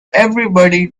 everybody